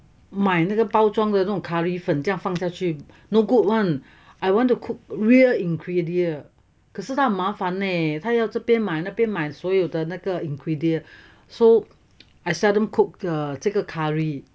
买那个包装的 curry 粉这样放不下去 no good [one] I want to cook real ingredient 可是那个麻烦 leh 他要这边买那边买所有的那个 ingredient so I seldom cook err 这个 curry